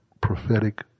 prophetic